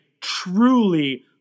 truly